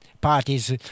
parties